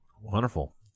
Wonderful